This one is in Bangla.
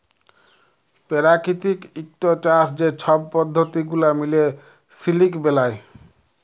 পেরাকিতিক ইকট চাষ যে ছব পদ্ধতি গুলা মিলে সিলিক বেলায়